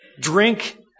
Drink